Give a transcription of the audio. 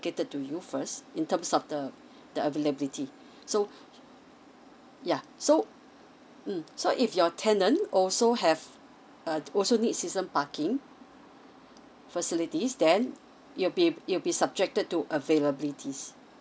to you first in terms of the the availability so yeah so mm so if your tenant also have err also needs season parking facilities then it'll be it'll be subjected to availabilities